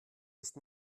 ist